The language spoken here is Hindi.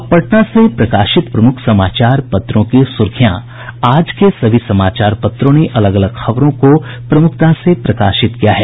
अब पटना से प्रकाशित प्रमुख समाचार पत्रों की सुर्खियां आज के सभी समाचार पत्रों ने अलग अलग खबरों को प्रमुखता से प्रकाशित किया है